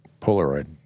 Polaroid